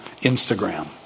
Instagram